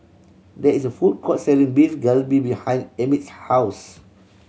there is a food court selling Beef Galbi behind Emmit's house